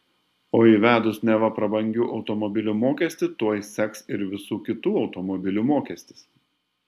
o įvedus neva prabangių automobilių mokestį tuoj seks ir visų kitų automobilių mokestis